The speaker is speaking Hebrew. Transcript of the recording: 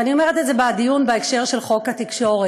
ואני אומרת את זה בדיון בהקשר של חוק התקשורת,